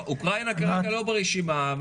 אוקראינה כרגע לא ברשימה.